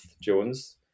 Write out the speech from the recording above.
jones